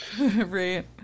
Right